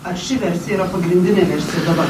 ar ši versija yra pagrindinė versija dabar